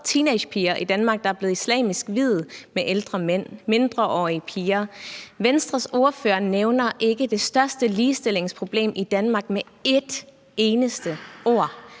teenagepiger i Danmark, der er blevet islamisk viet med ældre mænd, altså mindreårige piger. Venstres ordfører nævner ikke det største ligestillingsproblem i Danmark med et eneste ord